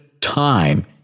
time